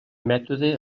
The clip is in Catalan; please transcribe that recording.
mètode